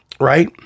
Right